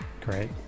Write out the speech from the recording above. Great